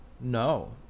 No